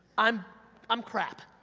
i'm um crap,